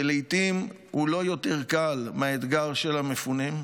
ולעיתים הוא לא יותר קל מהאתגר של המפונים.